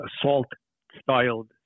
assault-styled